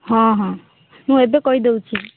ହଁ ହଁ ମୁଁ ଏବେ କହିଦେଉଛି